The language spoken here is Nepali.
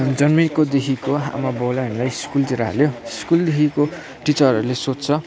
जन्मिएको देखिको आमा बाउले हामीलाई स्कुलतिर हाल्यो स्कुलदेखिको टिचरहरूले सोध्छ